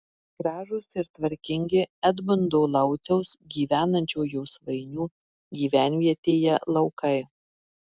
gražūs ir tvarkingi edmundo lauciaus gyvenančio josvainių gyvenvietėje laukai